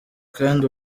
kandi